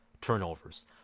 turnovers